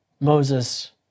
Moses